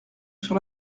sur